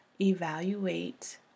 Evaluate